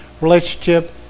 relationship